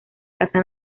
casa